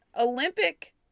Olympic